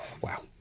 wow